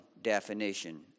definition